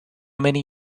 many